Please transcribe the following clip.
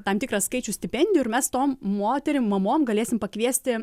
tam tikrą skaičių stipendijų ir mes tom moterim mamom galėsim pakviesti